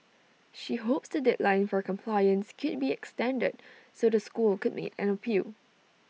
she hopes the deadline for compliance could be extended so the school could make an appeal